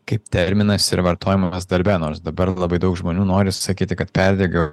kaip terminas ir vartojamas darbe nors dabar labai daug žmonių nori sakyti kad perdegiau